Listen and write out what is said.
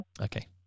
Okay